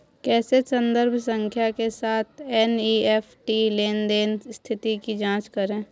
कैसे संदर्भ संख्या के साथ एन.ई.एफ.टी लेनदेन स्थिति की जांच करें?